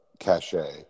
cachet